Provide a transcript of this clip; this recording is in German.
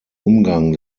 umgang